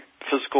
physical